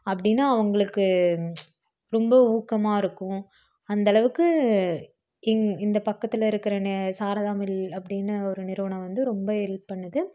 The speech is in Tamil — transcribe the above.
அப்படின்னு அவங்களுக்கு ரொம்ப ஊக்கமாக இருக்கும் அந்த அளவுக்கு இந் இந்த பக்கத்தில் இருக்கிற நே சாரதா மில் அப்படின்னு ஒரு நிறுவனம் வந்து ரொம்ப ஹெல்ப் பண்ணுது